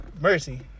Mercy